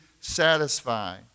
satisfy